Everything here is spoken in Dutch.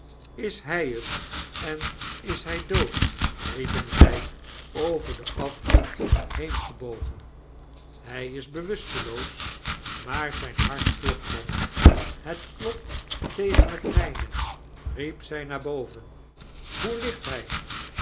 is hy het en is hij dood riepen zij over den afgrond heengebogen hy is bewusteloos maar zyn hart klopt nog het klopt tegen het myne riep zy naar boven hoe ligt hy